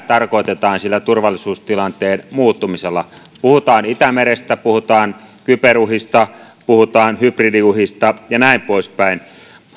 tarkoitetaan sillä turvallisuustilanteen muuttumisella puhutaan itämerestä puhutaan kyberuhista puhutaan hybridiuhista ja näin poispäin